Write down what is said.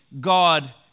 God